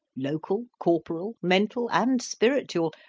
local, corporal, mental, and spiritual,